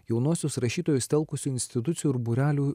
jaunuosius rašytojus telkusių institucijų ir būrelių